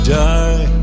die